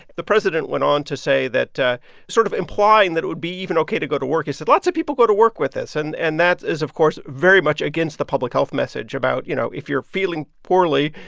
the president went on to say that sort of implying that it would be even ok to go to work. he said lots of people go to work with this, and and that is, of course, very much against the public health message about, you know, if you're feeling poorly,